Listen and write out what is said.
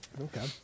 Okay